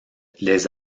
les